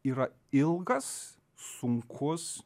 yra ilgas sunkus